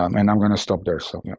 um and i'm going to stop there. so, yeah.